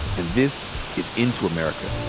and this is into america.